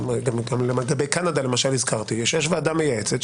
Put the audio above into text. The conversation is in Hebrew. לגבי קנדה למשל הזכרתי שיש ועדה מייעצת,